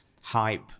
hype